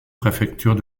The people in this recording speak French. préfectures